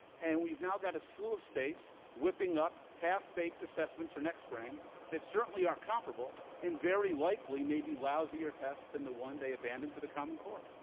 and we've now got a slew of states whipping up half baked assessments for next spring that certainly aren't comparable and very likely may be lousier tests than the one they abandoned for the common core.